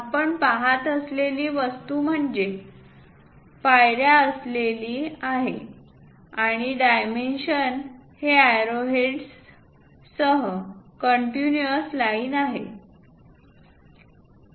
आपण पहात असलेली वस्तू म्हणजे पायऱ्या असलेली आहे आणि डायमेन्शन हे एरोहेड्ससह कन्टिन्यूअस लाईन आहेत